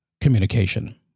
communication